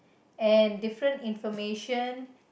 and different information